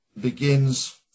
begins